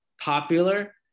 popular